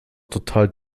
total